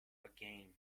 again